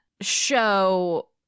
show